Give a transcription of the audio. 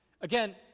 Again